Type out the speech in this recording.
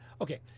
okay